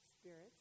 spirits